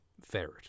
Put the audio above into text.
ferret